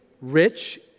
rich